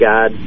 God